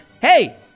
hey